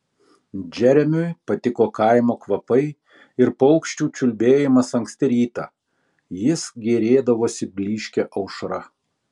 džeremiui patiko kaimo kvapai ir paukščių čiulbėjimas anksti rytą jis gėrėdavosi blyškia aušra